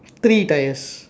three tyres